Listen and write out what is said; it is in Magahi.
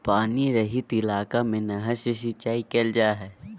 पानी रहित इलाका में नहर से सिंचाई कईल जा हइ